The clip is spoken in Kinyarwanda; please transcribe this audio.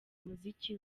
umuziki